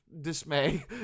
dismay